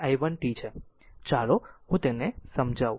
આમ ચાલો હું તેને સમજાવું